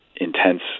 intense